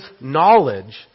knowledge